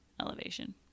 elevation